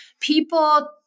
people